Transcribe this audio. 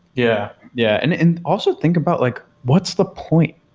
yeah. yeah and and also, think about like what's the point?